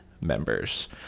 members